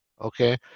okay